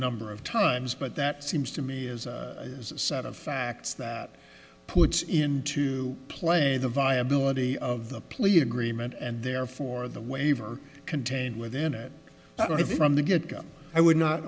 number of times but that seems to me as a set of facts that puts it to play the viability of the plea agreement and therefore the waiver contained within it from the get go i would not